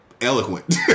eloquent